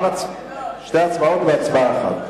שתי הצבעות בהצבעה אחת.